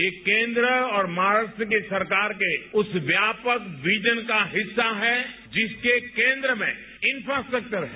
ये केन्द्र और महाराष्ट्र के सरकार के उस व्यापक वीजन का हिस्सा है जिसके केन्द्र में इक्कास्ट्रक्वर है